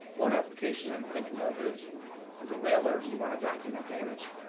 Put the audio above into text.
one application i'm thinking of is as a landlord and you want to document damage.